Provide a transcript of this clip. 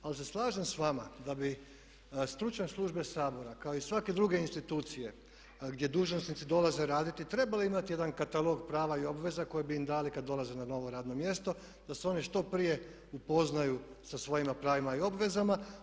Ali se slažem s vama da bi stručne službe Sabora kao i svake druge institucije gdje dužnosnici dolaze raditi trebale imati jedan katalog prava i obveza koje bi im dali kad dolaze na novo radno mjesto da se oni što prije upoznaju sa svojim pravima i obvezama.